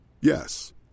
Yes